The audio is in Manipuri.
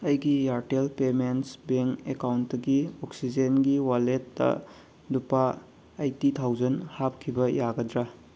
ꯑꯩꯒꯤ ꯏꯌꯥꯔꯇꯦꯜ ꯄꯦꯃꯦꯟꯁ ꯕꯦꯡ ꯑꯦꯀꯥꯎꯟꯗꯒꯤ ꯑꯣꯛꯁꯤꯖꯦꯟꯒꯤ ꯋꯥꯜꯂꯦꯠꯇ ꯂꯨꯄꯥ ꯑꯩꯇꯤ ꯊꯥꯎꯖꯟ ꯍꯥꯞꯈꯤꯕ ꯌꯥꯒꯗ꯭ꯔ